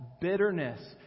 bitterness